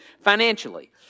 financially